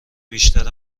بیشتر